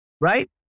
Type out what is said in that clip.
Right